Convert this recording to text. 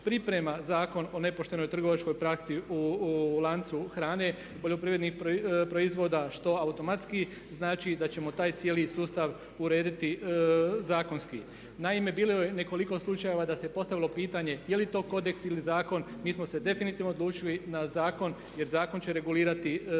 priprema Zakon o nepoštenoj trgovačkoj praksi u lancu hrane poljoprivrednih proizvoda što automatski znači da ćemo taj cijeli sustav urediti zakonski. Naime, bilo je nekoliko slučajeva da se postavilo pitanje je li to kodeks ili zakon? Mi smo se definitivno odlučili na zakon jer zakon će regulirati sve